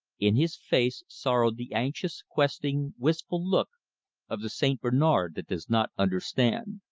in his face sorrowed the anxious, questing, wistful look of the st. bernard that does not understand.